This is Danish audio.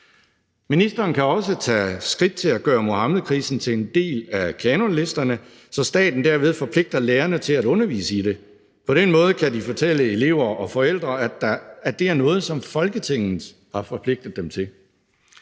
Ministeren kan også tage skridt til at gøre Muhammedkrisen til en del af kanonlisterne, så staten derved forpligter lærerne til at undervise i det. På den måde kan de fortælle elever og forældre, at det er noget, som Folketinget har forpligtet dem til.